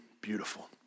beautiful